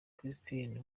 christine